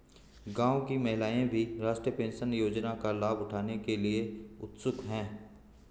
गांव की महिलाएं भी राष्ट्रीय पेंशन योजना का लाभ उठाने के लिए उत्सुक हैं